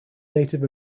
native